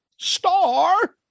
star